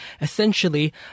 essentially